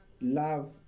love